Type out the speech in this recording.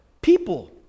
people